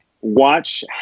watch